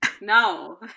No